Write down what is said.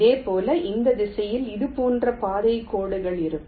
இதேபோல் இந்த திசையில் இது போன்ற பாதை கோடுகள் இருக்கும்